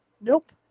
Nope